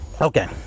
Okay